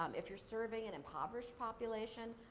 um if you're serving an impoverished population,